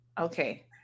Okay